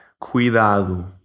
cuidado